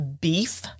beef